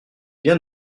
bien